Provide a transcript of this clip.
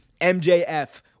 MJF